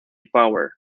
power